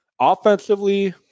Offensively